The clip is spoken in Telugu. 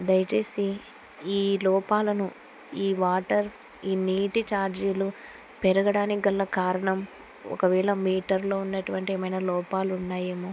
దయచేసి ఈ లోపాలను ఈ వాటర్ ఈ నీటి ఛార్జీలు పెరగడానికి గల కారణం ఒకవేళ మీటర్లో ఉన్నటువంటి ఏమైనా లోపాలు ఉన్నాయేమో